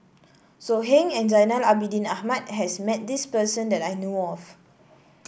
So Heng and Zainal Abidin Ahmad has met this person that I know of